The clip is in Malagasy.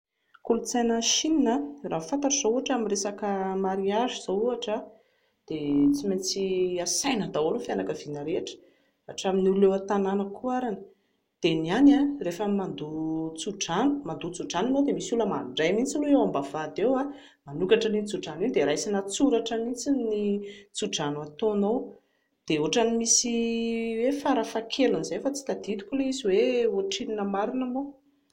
Ny kolotsaina any Chine raha ny fantatro izao ohatra raha amin'ny resaka mariazy izao ohatra dia tsy maintsy hasaina daholo ny fianakaviana rehetra hatamin'ny olona eo an-tanàna koa ary, dia ny any rehefa mandoa tso-drano dia misy olona mandray mihintsy aloha eo am-bavahady eo manokatra an'iny tso-drano iny dia raisina an-tsoratra mihintsy ny tso-drano hataonao. Dia ohatran'ny hoe misy hoe farafaha-keliny izay fa tsy tadidiko ilay izy hoe ohatrinona marina moa